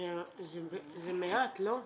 זה מעט, לא?